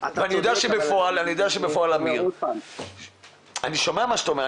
אני יודע שבפועל, אמיר, אני שומע מה שאתה אומר.